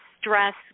stress